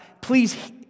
please